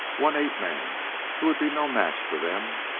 one ape-man who would be no match for them!